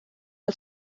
els